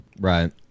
Right